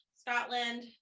scotland